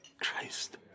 Christ